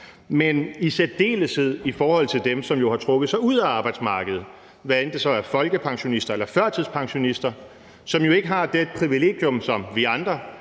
Men i særdeleshed er det i forhold til dem, som jo har trukket sig ud af arbejdsmarkedet, hvad enten det så er folkepensionister eller førtidspensionister, som jo ikke har det privilegium, som vi andre